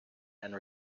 and